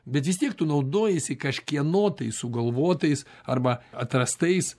bet vis tiek tu naudojiesi kažkieno sugalvotais arba atrastais